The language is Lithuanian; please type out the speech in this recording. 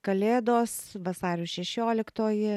kalėdos vasario šešioliktoji